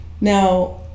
Now